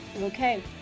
Okay